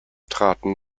traten